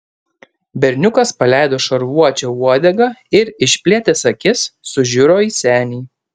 berniukas paleido šarvuočio uodegą ir išplėtęs akis sužiuro į senį